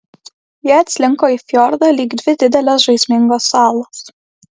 jie atslinko į fjordą lyg dvi didelės žaismingos salos